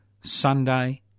Sunday